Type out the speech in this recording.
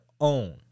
own